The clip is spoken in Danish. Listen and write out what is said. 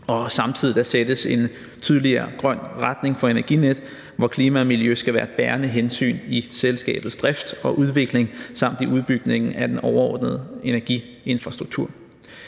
samtidig sættes en tydeligere grøn retning for Energinet, hvor klima og miljø skal være et bærende hensyn i selskabets drift og udvikling samt i udbygningen af den overordnede energiinfrastruktur.